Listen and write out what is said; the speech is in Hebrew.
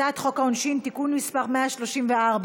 הצעת חוק העונשין (תיקון מס' 134),